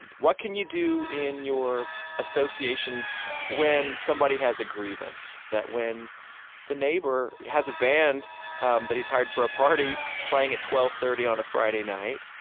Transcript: and what can you do in your associations when somebody has a grievance, that when the neighbor has a band um that he's hired for a party playing at twelve thirty on a friday night,